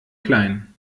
klein